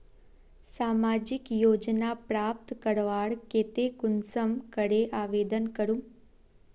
सामाजिक योजना प्राप्त करवार केते कुंसम करे आवेदन करूम?